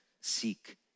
seek